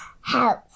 house